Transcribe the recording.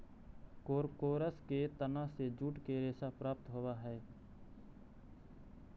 कोरकोरस के तना से जूट के रेशा प्राप्त होवऽ हई